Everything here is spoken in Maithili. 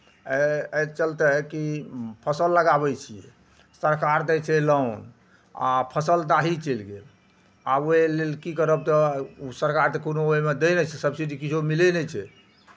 एहि एहि चलते कि फसल लगाबै छियै सरकार दै छै लोन आ फसल दाही चलि गेल आ ओहिमे लेल की करब तऽ ओ सरकार तऽ कोनो ओहिमे दै नहि छै सबसिडी किछो मिलै नहि छै